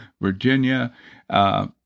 Virginia